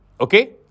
okay